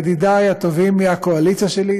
ידידי הטובים מהקואליציה שלי,